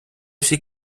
всі